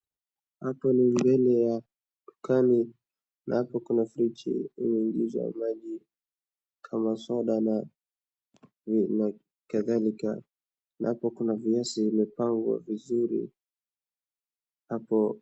Hapo ni mbele ya dukani na hapo kuna friji yenye iliauzwa maji kama soda na kadhalika. Na hapo kuna viazi imepangwa vizuri hapo.